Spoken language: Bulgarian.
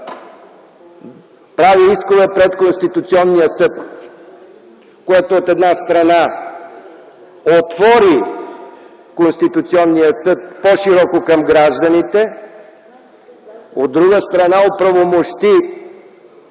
прави искове пред Конституционния съд, което, от една страна, отвори Конституционният съд по-широко към гражданите, а, от друга страна, оправомощи